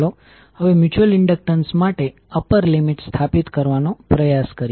ચાલો હવે mutual induction માટે અપર લિમિટ સ્થાપિત કરવાનો પ્રયાસ કરીએ